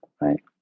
right